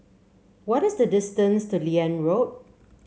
what is the distance to Liane Road